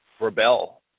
rebel